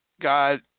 God